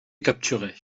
capturé